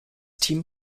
team